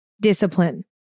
discipline